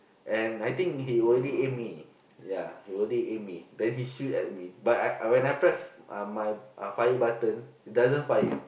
and I think he already aim me ya he already aim me then he shoot at me but when I press uh my fire button it doesn't fire